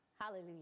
Hallelujah